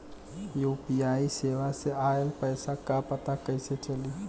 UPI सेवा से ऑयल पैसा क पता कइसे चली?